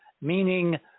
meaning